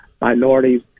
minorities